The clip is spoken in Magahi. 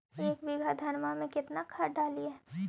एक बीघा धन्मा में केतना खाद डालिए?